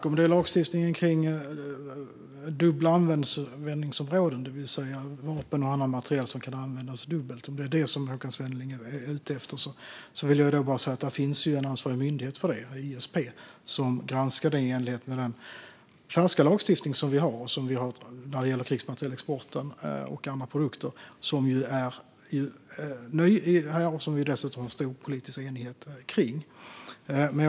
Fru talman! Om det är lagstiftningen för vapen och annan materiel som kan användas dubbelt som Håkan Svenneling är ute efter finns det en ansvarig myndighet, ISP, som granskar detta i enlighet med den lagstiftning Sverige har för krigsmaterielexport och andra produkter. Det råder stor politisk enighet kring denna nya lagstiftning.